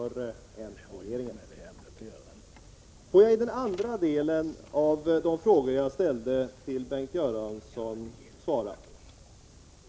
Får jag beträffande den andra delen av de frågor som jag ställde till Bengt Göransson säga följande.